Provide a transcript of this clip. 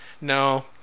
No